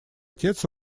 отец